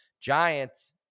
Giants